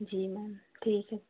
जी ma'am ठीक है